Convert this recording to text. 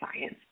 science